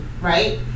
right